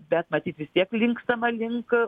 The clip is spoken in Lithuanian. bet matyt vis tiek linkstama link